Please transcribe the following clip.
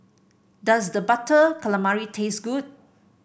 does the Butter Calamari taste good